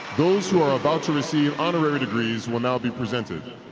those who are about to receive honorary degrees will now be presented.